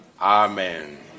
Amen